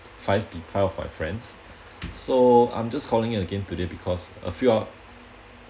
five pe~ five of my friends so I'm just calling it again today because a few our